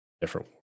different